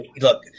look